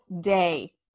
day